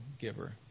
giver